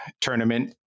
tournament